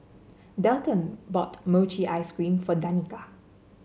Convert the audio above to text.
Dalton bought Mochi Ice Cream for Danika